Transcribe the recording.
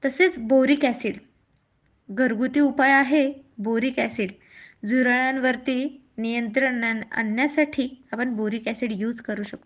तसेच boric acid घरगुती उपाय आहे बोरीक अॅसिड झुरळांवरती नियंत्रण आण आणण्यासाठी आपण बोरीक अॅसिड यूज करू शकतो